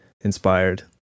inspired